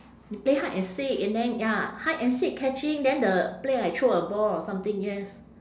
we play hide and seek and then ya hide and seek catching then the play I throw a ball or something yes